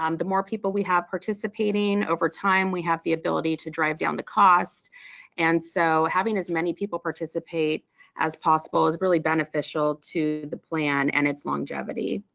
um the more people we have participating over time we have the ability to drive down the cost and so having as many people participate as possible is really beneficial to the plan and its longevity.